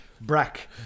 Brack